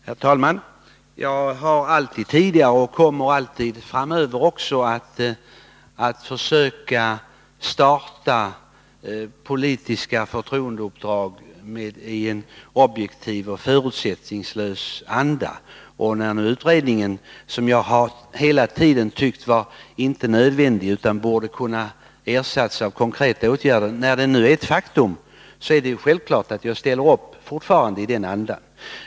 Herr talman! Jag har alltid tidigare och kommer alltid även framöver att försöka starta politiska förtroendeuppdrag i en objektiv och förutsättningslös anda. När nu utredningen, vilken jag hela tiden har tyckt vara onödig och som borde ha kunnat ersättas med konkreta åtgärder, är ett faktum är det självklart att jag fortfarande ställer upp i den andan.